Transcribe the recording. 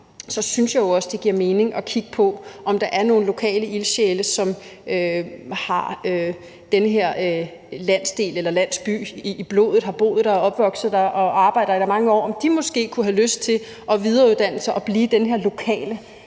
synes jeg jo også, at det giver mening at kigge på, om der er nogle lokale ildsjæle, som har den her landsdel eller landsby i blodet – har boet der, er opvokset der og har arbejdet der i mange år – og om de måske kunne have lyst til at videreuddanne sig og blive den her lokale